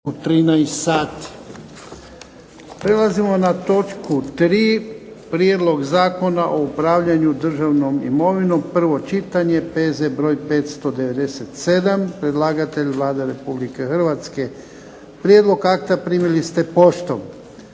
(HDZ)** Prelazimo na točku 3. - Prijedlog Zakona o upravljanju državnom imovinom, prvo čitanje, P.Z. broj 597 Predlagatelj je Vlada Republike Hrvatske. Prijedlog akta primili ste poštom.